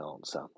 answer